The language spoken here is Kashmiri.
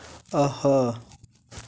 آہا